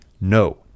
No